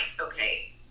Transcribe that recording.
okay